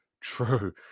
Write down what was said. true